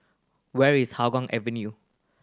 where is Hougang Avenue